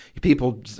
People